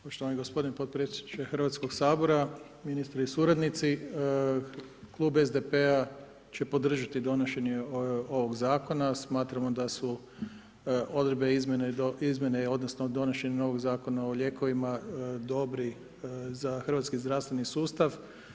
Poštovani gospodine podpredsjedniče Hrvatskog sabora, ministre i suradnici Klub SDP-a će podržati donošenje ovog zakona smatramo da su odredbe izmjene odnosno donošenje novog Zakona o lijekovima dobri za hrvatski zdravstveni sustav.